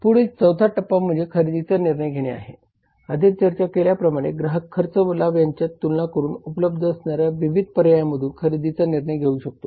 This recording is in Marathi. पुढील 4 था टप्पा म्हणजे खरेदीचा निर्णय घेणे आहे आधी चर्चा केल्याप्रमाणे ग्राहक खर्च व लाभ यांच्यात तुलना करून उपलब्ध असणाऱ्या विविध पर्यायांमधून खरेदीचा निर्णय घेऊ शकतो